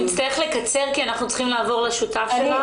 אנחנו נצטרך לקצר כי אנחנו צריכים לעבור לשותף הבא.